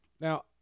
Now